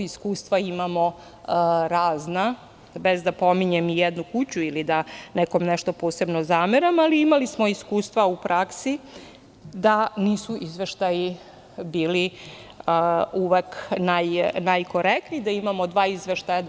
Iskustva imamo razna, bez da pominjem i jednu kuću ili da nekom nešto posebno zameram, ali imali smo iskustva u praksi da nisu izveštaji bili uvek najkorektniji, da imamo dva izveštaja,